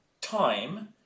time